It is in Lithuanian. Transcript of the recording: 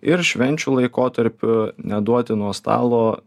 ir švenčių laikotarpiu neduoti nuo stalo